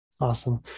Awesome